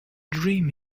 dream